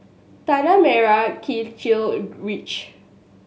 Tanah Merah Kechil Ridge